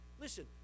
Listen